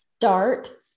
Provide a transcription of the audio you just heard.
start